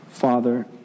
Father